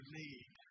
need